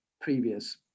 previous